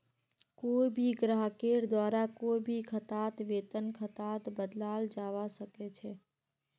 कोई भी ग्राहकेर द्वारा कोई भी खाताक वेतन खातात बदलाल जवा सक छे